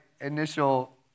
initial